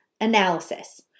analysis